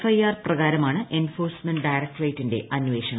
I ് R പ്രകാരമാണ് enforcement ഡയറക്ടറ്റേറ്റീട്ടുന്റെ അന്വേഷണം